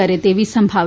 કરે તેવી સંભાવના